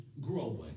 growing